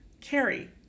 Carrie